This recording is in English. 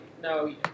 no